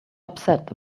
upset